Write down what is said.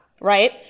Right